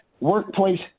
workplace